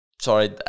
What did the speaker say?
sorry